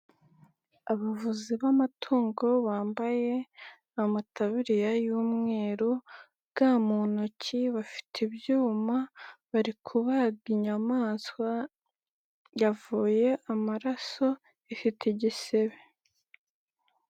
Abavuzi b'amatungo bambaye amataburiya y'umweru, ga mu intoki, bafite ibyuma bari kubaga inyamaswa yavuye amaraso ifite igisebe.